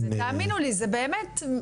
תאמינו לי זה באמת.